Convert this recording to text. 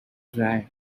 drive